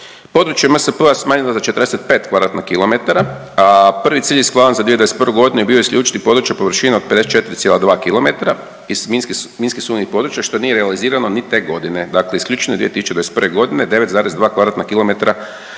područje MSP-a smanjeno za 45 kvadratna kilometara, a prvi cilj iz plana za 2021. godinu je bio isključiti područja površine od 54,2 km iz minski sumnjivih područja što nije realizirano ni te godine. Dakle, isključeno je 2021. godine 9,2 kvadratna kilometara